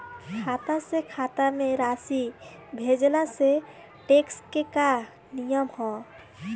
खाता से खाता में राशि भेजला से टेक्स के का नियम ह?